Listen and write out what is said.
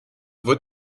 wird